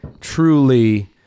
truly